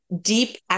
Deep